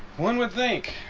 one would think